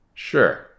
Sure